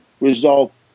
Resolve